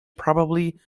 probably